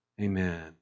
Amen